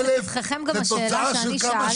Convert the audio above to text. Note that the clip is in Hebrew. לפתחכם גם השאלה שאני שאלתי.